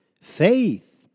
faith